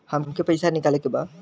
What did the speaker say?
हमके पैसा निकाले के बा